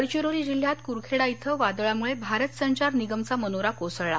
गडचरोली जिल्ह्यात कुरखेडा इथं वादळामुळे भारत संचार निगमचा मनोरा कोसळला